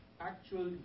actual